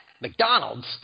McDonald's